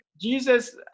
Jesus